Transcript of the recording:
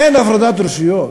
אין הפרדת רשויות.